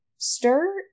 Stir